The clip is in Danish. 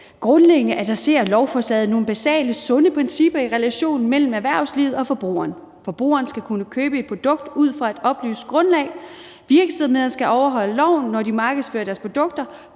Grundlæggende adresserer lovforslaget nogle basale sunde principper i relationen mellem erhvervslivet og forbrugeren. Forbrugeren skal kunne købe et produkt ud fra et oplyst grundlag; virksomhederne skal overholde loven, når de markedsfører deres produkter;